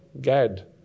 Gad